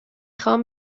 خوام